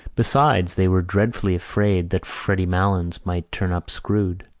besides they were dreadfully afraid that freddy malins might turn up screwed.